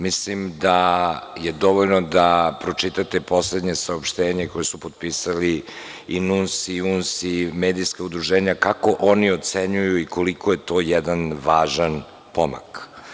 Mislim da je dovoljno da pročitate poslednje saopštenje koje su potpisali i NUNS i UNS i medijska udruženja kako oni ocenjuju i koliko je to jedan važan pomak.